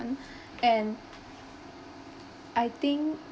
and I think